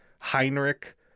Heinrich